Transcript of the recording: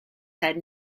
had